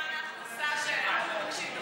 כל עוד זה עומד במבחן ההכנסה שאנחנו מבקשים.